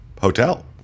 hotel